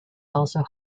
also